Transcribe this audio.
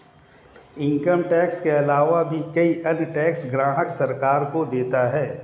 income tax के आलावा भी कई अन्य टैक्स ग्राहक सरकार को देता है